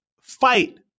fight